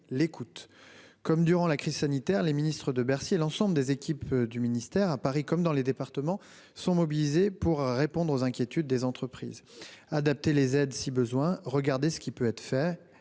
l'écoute. Comme pendant la crise sanitaire, les ministres de Bercy et l'ensemble des équipes du ministère, à Paris comme dans les départements, sont mobilisés pour répondre aux inquiétudes des entreprises, adapter les aides si besoin est, regarder ce qui peut être